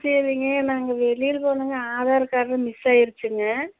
சரிங்க நாங்கள் வெளியில் போனோங்க ஆதார் கார்டு மிஸ் ஆயிடுச்சுங்க